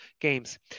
games